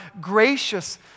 gracious